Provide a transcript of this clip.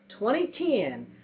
2010